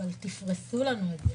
אבל תפרסו לנו את זה,